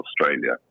Australia